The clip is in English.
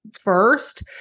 first